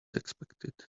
expected